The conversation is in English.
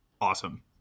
Awesome